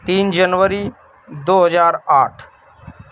تین جنوری دو ہزار آٹھ